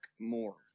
more